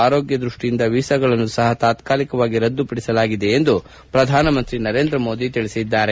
ಆರೋಗ್ಯ ದೃಷ್ಠಿಯಿಂದ ವೀಸಾಗಳನ್ನೂ ಸಹ ತಾತ್ನಾಲಿಕವಾಗಿ ರದ್ದುಪಡಿಸಲಾಗಿದೆ ಎಂದು ಪ್ರಧಾನಮಂತ್ರಿ ನರೇಂದ್ರ ಮೋದಿ ತಿಳಿಸಿದ್ದಾರೆ